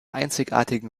einzigartigen